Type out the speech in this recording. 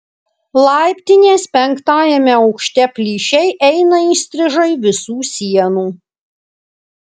laiptinės penktajame aukšte plyšiai eina įstrižai visų sienų